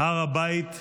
הר הבית בידינו.